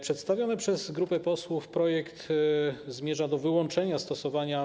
Przedstawiony przez grupę posłów projekt zmierza do wyłączenia stosowania